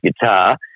guitar